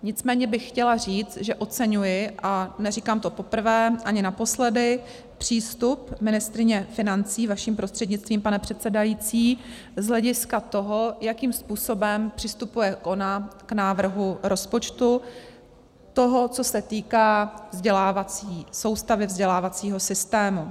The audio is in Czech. Nicméně bych chtěla říct, že oceňuji, a neříkám to poprvé ani naposledy, přístup paní ministryně financí vaším prostřednictvím, pane předsedající, z hlediska toho, jakým způsobem přistupuje ona k návrhu rozpočtu toho, co se týká vzdělávací soustavy, vzdělávacího systému.